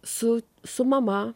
su su mama